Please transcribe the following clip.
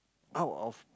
out of